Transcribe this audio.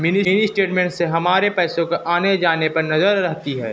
mini statement से हमारे पैसो के आने जाने पर नजर रहती है